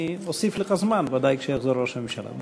אני אוסיף לך זמן ודאי כשיחזור ראש הממשלה.